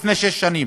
לפני שש שנים: